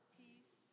peace